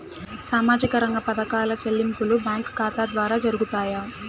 సామాజిక రంగ పథకాల చెల్లింపులు బ్యాంకు ఖాతా ద్వార జరుగుతాయా?